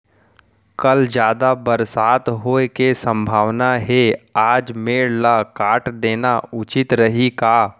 कल जादा बरसात होये के सम्भावना हे, आज मेड़ ल काट देना उचित रही का?